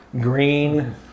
green